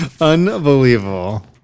Unbelievable